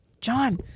John